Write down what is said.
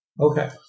Okay